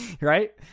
Right